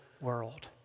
world